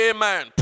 Amen